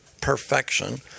perfection